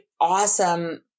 awesome